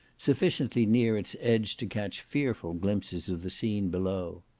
sufficiently near its edge to catch fearful glimpses of the scene below.